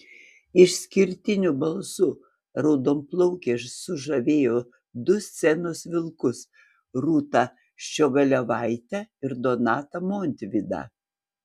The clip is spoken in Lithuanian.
išskirtiniu balsu raudonplaukė sužavėjo du scenos vilkus rūtą ščiogolevaitę ir donatą montvydą